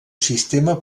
sistema